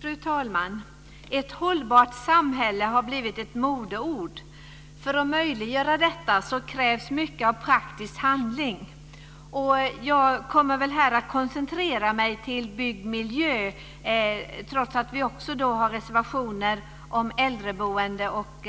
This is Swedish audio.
Fru talman! "Ett hållbart samhälle" har blivit ett modeuttryck. För att möjliggöra detta krävs mycket av praktisk handling. Jag kommer här att koncentrera mig till byggd miljö, trots att vi också har reservationer om äldreboende och